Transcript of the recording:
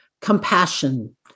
compassion